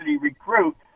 recruit